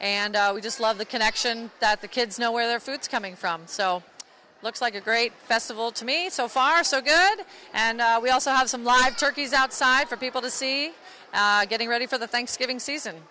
and we just love the connection that the kids know where their food coming from so it looks like a great festival to me so far so good and we also have some live turkeys outside for people to see getting ready for the thanksgiving season